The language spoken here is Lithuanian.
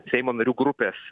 seimo narių grupės